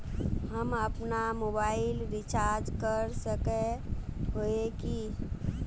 हम अपना mobile recharge कर सकय हिये की?